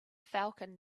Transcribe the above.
falcon